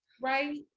Right